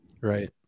Right